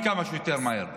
וכמה שיותר מהר.